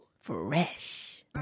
Fresh